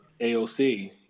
AOC